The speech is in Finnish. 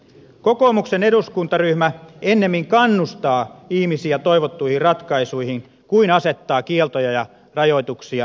kokoomuksen eduskuntaryhmä ennemmin kannustaa ihmisiä toivottuihin ratkaisuihin kuin asettaa kieltoja ja rajoituksia haittamaksuineen